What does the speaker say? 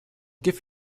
give